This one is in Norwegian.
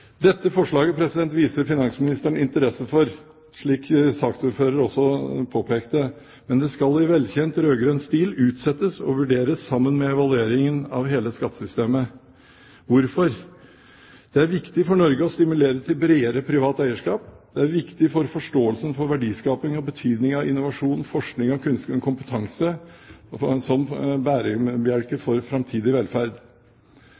Dette forslaget viser finansministeren interesse for, som også saksordfører påpekte, men det skal i velkjent rød-grønn stil utsettes og vurderes sammen med evalueringen av hele skattesystemet. Hvorfor? Det er viktig for Norge å stimulere til bredere privat eierskap. Det er viktig for forståelsen for verdiskaping og betydningen av innovasjon, forskning og kompetanse som bærebjelke